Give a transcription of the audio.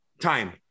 Time